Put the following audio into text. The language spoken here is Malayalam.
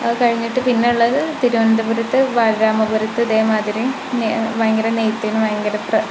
അത് കഴിഞ്ഞിട്ട് പിന്നുള്ളത് തിരുവനന്തപുരത്തെ ബാലരാമപുരത്ത് ഇതേമാതിരി നെ ഭയങ്കര നെയ്ത്തിന് ഭയങ്കര പ്ര